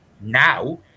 now